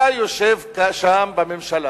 אתה יושב שם בממשלה